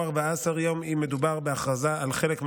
או 14 יום אם מדובר בהכרזה על חלק מהמדינה,